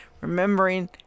remembering